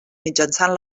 mitjançant